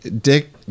dick